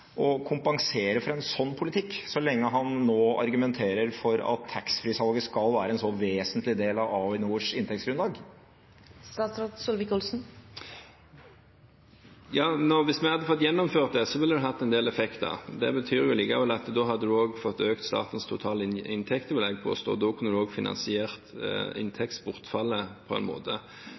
kompensere for en sånn politikk, så lenge han nå argumenterer for at taxfree-salget skal være en så vesentlig del av Avinors inntektsgrunnlag? Hvis vi hadde fått gjennomført det, ville det hatt en del effekter. Det betyr allikevel at da hadde man også fått økt statens totale inntekter, vil jeg påstå, og da kunne man også finansiert inntektsbortfallet – på en måte.